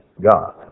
God